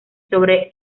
sobre